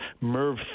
MERV